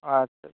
ᱟᱪᱪᱷᱟ